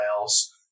else